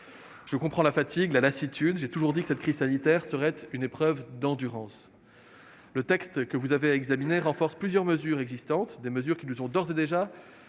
Je comprends la fatigue, la lassitude, mais j'ai toujours dit que cette crise sanitaire serait une épreuve d'endurance. Le texte qui vous est soumis renforce plusieurs mesures existantes, lesquelles nous ont d'ores et déjà